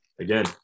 Again